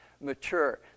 mature